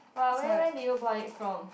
!wah! where where did you bought it from